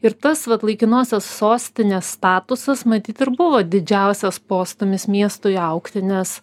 ir tas vat laikinosios sostinės statusas matyt ir buvo didžiausias postūmis miestui augti nes